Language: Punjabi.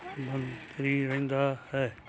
ਮਨ ਰਹਿੰਦਾ ਹੈ